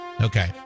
Okay